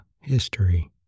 History